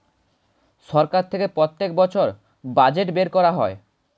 সরকার থেকে প্রত্যেক বছর বাজেট বের করা হয়